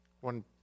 One